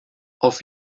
auf